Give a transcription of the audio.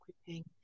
equipping